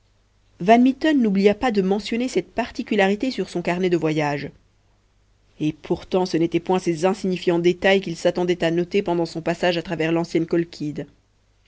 van mitten n'oublia pas de mentionner cette particularité sur son carnet de voyage et pourtant ce n'étaient point ces insignifiants détails qu'il s'attendait à noter pendant son passage à travers l'ancienne